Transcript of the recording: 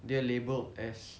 they are labelled as